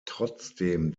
trotzdem